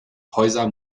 häuser